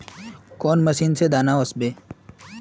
कौन मशीन से दाना ओसबे?